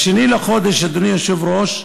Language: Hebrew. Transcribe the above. ב-2 בחודש, אדוני היושב-ראש,